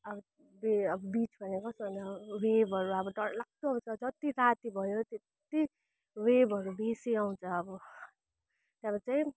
अब अब बिच भनेको कस्तो हुन्छ वेभहरू अब डरलाग्दो आउँछ जति राति भयो त्यति वेभहरू बेसी आउँछ अब जब चाहिँ